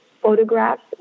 photographs